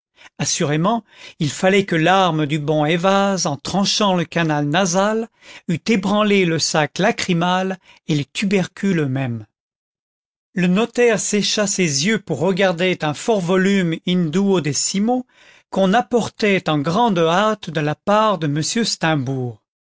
assurément il fallait que l'arme du bon ayvaz en tranchant le canal nasal eût ébranlé le sac lacrymal et les tubercules eux-mêmes le notaire sécha ses yeux pour regarder un fort volume in i qu'on apportait en grande hâte de la part de m steimbourg